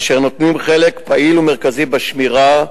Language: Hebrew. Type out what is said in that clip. אשר נוטלים חלק פעיל ומרכזי בשמירה,